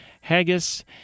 Haggis